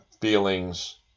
feelings